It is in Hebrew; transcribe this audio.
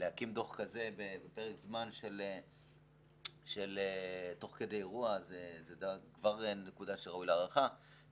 להקים דוח כזה בפרק זמן של תוך כדי אירוע זו כבר נקודה שראויה להערכה.